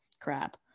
crap